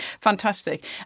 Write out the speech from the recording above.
fantastic